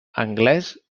anglès